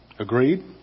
Agreed